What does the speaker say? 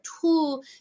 tool